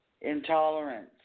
Intolerance